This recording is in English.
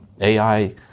AI